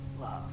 love